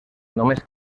només